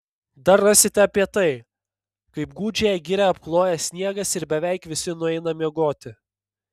dar rasite apie tai kaip gūdžiąją girią apkloja sniegas ir beveik visi nueina miegoti